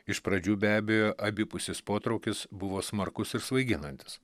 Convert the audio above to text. iš pradžių be abejo abipusis potraukis buvo smarkus ir svaiginantis